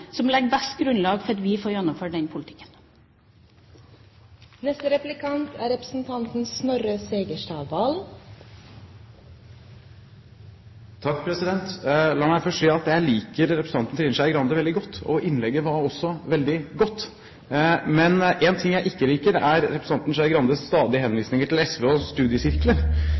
som legger det beste grunnlaget for at vi kan få gjennomført den politikken. La meg først si at jeg liker representanten Trine Skei Grande veldig godt, og innlegget var også veldig godt. Men en ting jeg ikke liker, er representanten Skei Grandes stadige henvisninger til SV og